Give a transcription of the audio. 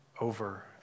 over